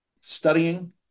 studying